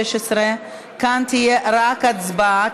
התשע"ז 2016. כאן תהיה רק הצבעה,